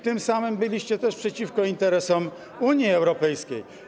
Tym samym byliście też przeciwko interesom Unii Europejskiej.